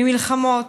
ממלחמות,